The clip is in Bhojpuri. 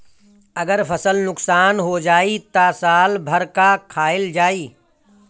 अगर फसल नुकसान हो जाई त साल भर का खाईल जाई